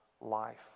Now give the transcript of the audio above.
life